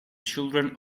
children